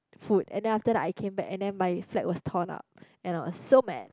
food and then after that I came back and then my flag was torn up and I was so mad